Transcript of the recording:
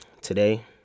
today